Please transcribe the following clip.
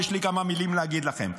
יש לי כמה מילים להגיד לכם,